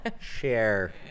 share